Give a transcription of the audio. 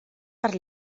per